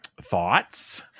thoughts